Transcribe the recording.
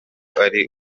ari